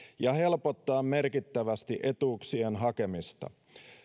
ja helpottaa merkittävästi etuuksien hakemista